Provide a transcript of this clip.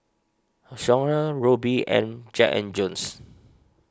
Songhe Rubi and Jack and Jones